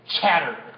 chatter